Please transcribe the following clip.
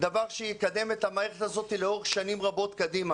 דבר שיקדם את המערכת הזאת לאורך שנים רבות קדימה